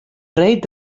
breed